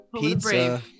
pizza